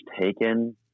taken